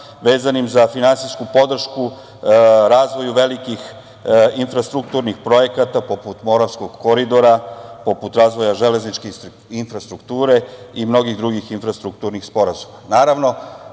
vezanim za finansijsku podršku, razvoju velikih infrastrukturnih projekata, poput Moravskog koridora, poput razvoja železničke infrastrukture i mnogih drugih infrastrukturnih sporazuma.